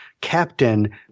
captain